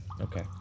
okay